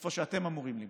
איפה שאתם אמורים למצוא.